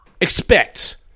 expect